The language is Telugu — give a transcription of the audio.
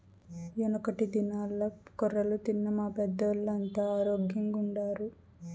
యెనకటి దినాల్ల కొర్రలు తిన్న మా పెద్దోల్లంతా ఆరోగ్గెంగుండారు